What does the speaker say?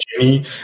Jimmy